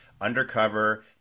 undercover